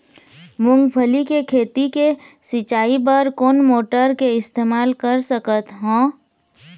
मूंगफली के खेती के सिचाई बर कोन मोटर के इस्तेमाल कर सकत ह?